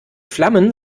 flammen